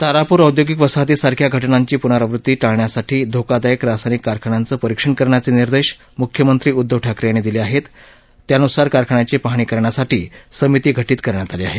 तारापूर औदयोगिक वसाहतीसारख्या घटनांची पूनर्रावृत्ती टाळण्यासाठी धोकादायक रासायनिक कारखान्यांचं परिक्षण करण्याचे निर्देश मुख्यमंत्री उद्धव ठाकरे यांनी दिले आहेत त्यान्सार कारखान्याची पाहणी करण्यासाठी समिती गठित करण्यात आली आहे